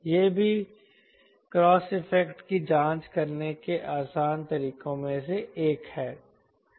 यह भी cross effect की जाँच करने के आसान तरीकों में से एक है